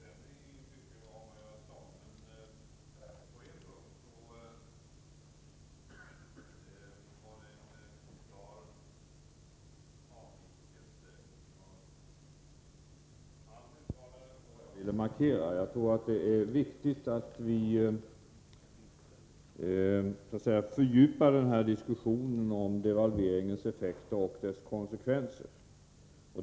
Herr talman! Mats Hellström instämde i mycket av vad jag sade, men på en punkt var det en klar avvikelse mellan vad han uttalade och vad jag ville markera. Jag tror att det är viktigt att vi fördjupar diskussionen om devalveringens effekter och dess konsekvenser.